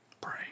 pray